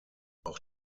auch